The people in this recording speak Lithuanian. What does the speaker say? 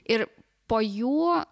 ir po jų